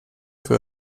für